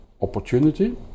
opportunity